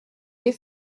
des